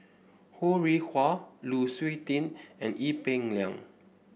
Ho Rih Hwa Lu Suitin and Ee Peng Liang